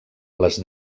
les